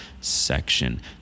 section